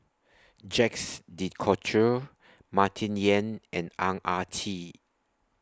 Jacques De Coutre Martin Yan and Ang Ah Tee